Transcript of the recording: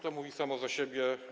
To mówi samo za siebie.